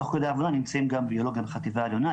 תוך כדי עבודה נמצאים גם ביולוגיה בחטיבה עליונה,